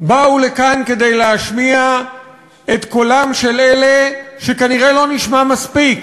באו לכאן כדי להשמיע את קולם של אלה שכנראה לא נשמע מספיק